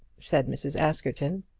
said mrs. askerton.